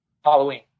Halloween